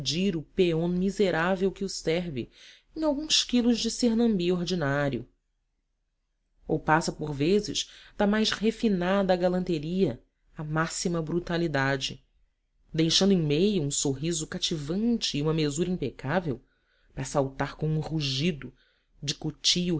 o peón miserável que o serve em alguns quilos de sernambi ordinário ou passa por vezes da mais refinada galanteria à máxima brutalidade deixando em meio um sorriso cativante e uma mesura impecável para saltar com um rugido de